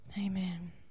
Amen